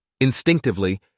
Instinctively